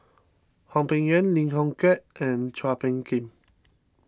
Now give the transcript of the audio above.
Hwang Peng Yuan Lim Chong Keat and Chua Phung Kim